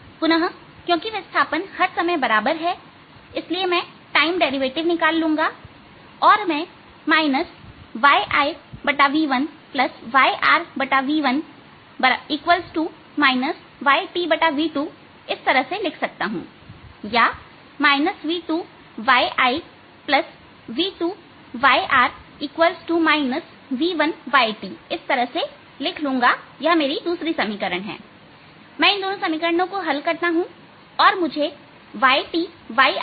पुनः क्योंकि विस्थापन हर समय बराबर है और इसलिए मैं टाइम डेरिवेटिव निकाल लूंगा और मैं yIv1 yRv1 yTv2 इस तरह से लिख सकता हूं या v2yI v2yR v1yT इस तरह लिख लूंगा यह मेरी दो समीकरण है मैं इन दोनों समीकरणों को हल करता हूं और मुझे yT yR का हल yI के रूप में मिलेगा